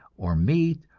or meat,